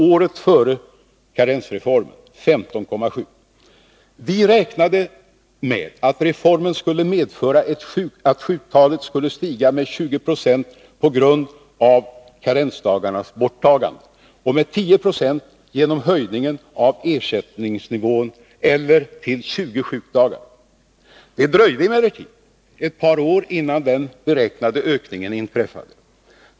Men fakta är dessa: Vi räknade med att reformen skulle medföra att sjuktalet skulle stiga med 20 20 på grund av karensdagarnas borttagande och med 10 6 genom höjningen av ersättningsnivån eller till 20 sjukdagar. Det dröjde emellertid ett par år innan den beräknade ökningen inträffade.